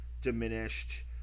diminished